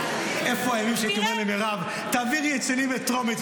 איפה הימים שהייתי אומר למירב: תעבירי את שלי בטרומית,